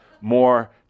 more